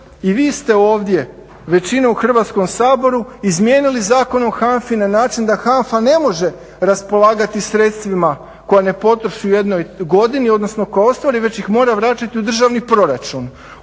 i vi ste ovdje većina u Hrvatskom saboru izmijenili Zakon o HANFA-i na način da HANFA ne može raspolagati sredstvima koja ne potroši u jednoj godini, odnosno koja ostvari već ih mora vraćati u državni proračun.